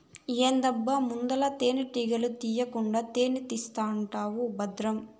ఏందబ్బా ముందల తేనెటీగల తీకుండా తేనే తీస్తానంటివా బద్రం